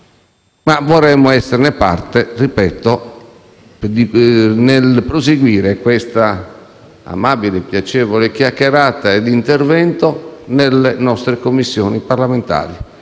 ma vorremmo esserne parte, ripeto, nel proseguire questa amabile e piacevole chiacchierata nelle nostre Commissioni parlamentari,